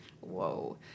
Whoa